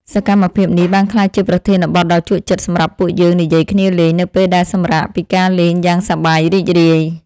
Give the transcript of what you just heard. សកម្មភាពនេះបានក្លាយជាប្រធានបទដ៏ជក់ចិត្តសម្រាប់ពួកយើងនិយាយគ្នាលេងនៅពេលដែលសម្រាកពីការលេងយ៉ាងសប្បាយរីករាយ។